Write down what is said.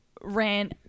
ran